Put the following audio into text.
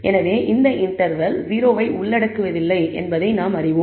எனவே இந்த இன்டர்வெல் 0 ஐ உள்ளடக்குவதில்லை என்பதை நாம் அறிவோம்